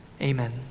Amen